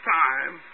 time